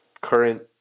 current